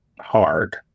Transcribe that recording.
hard